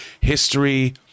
History